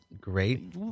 great